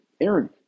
Aaron